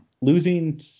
losing